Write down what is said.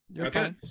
Okay